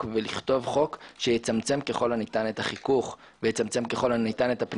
ולכתוב חוק שיצמצם ככל הניתן את החיכוך ואת הפניות